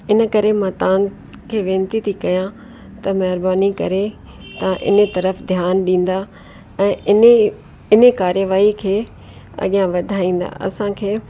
इन करे मां तव्हां खे विनती थी कयां त महिरबानी करे तव्हां इन तरफ़ ध्यानु ॾींदा ऐं इन इन कार्यवाही खे अॻियां वधाईंदा असांखे